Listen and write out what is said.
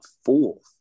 fourth